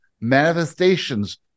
Manifestations